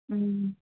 ಹ್ಞೂ